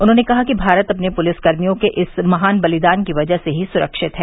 उन्होंने कहा कि भारत अपने पुलिसकर्मियों के इस महान बलिदान की वजह से ही सुरक्षित है